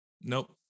Nope